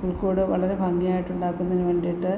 പുൽക്കൂട് വളരെ ഭംഗിയായിട്ടുണ്ടാക്കുന്നതിനു വേണ്ടിയിട്ട്